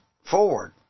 forward